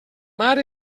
mar